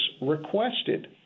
requested